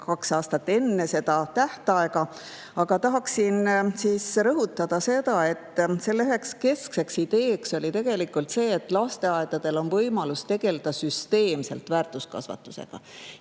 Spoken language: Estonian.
kaks aastat enne tähtaega. Aga tahaksin rõhutada seda, et selle üheks keskseks ideeks oli tegelikult see, et lasteaedadel on võimalus tegeleda süsteemselt väärtuskasvatusega.